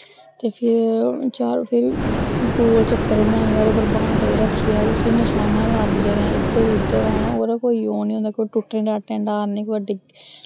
ते फिर चल फिर गोल चक्कर बनाइयै ओह्दे पर बांटे रक्खियै उसी नशानां लांदे न इद्धर उद्धर हैना ओह्दा कोई ओह् नी होंदा कोई टुटने टटने दा डर नेईं कोई डि